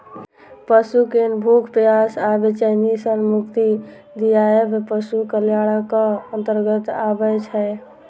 पशु कें भूख, प्यास आ बेचैनी सं मुक्ति दियाएब पशु कल्याणक अंतर्गत आबै छै